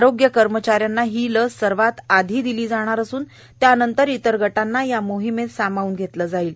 आरोग्य कर्मचाऱ्यांना ही लस सर्वात आधी दिली जाणार असून त्यानंतर इतर गटांना या मोहिमेत सामावून घेतलं जाणार आहे